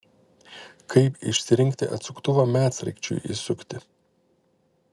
kaip išsirinkti atsuktuvą medsraigčiui įsukti